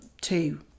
two